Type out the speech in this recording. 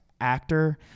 Actor